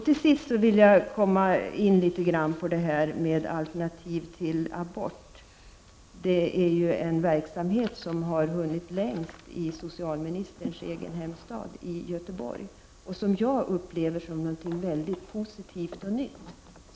Till sist vill jag något beröra frågan om alternativ till abort. Verksamheten på detta område har hunnit längst i socialministerns egen hemstad, Göteborg. Jag upplever denna verksamhet som något mycket positivt och nytt.